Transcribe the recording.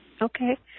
Okay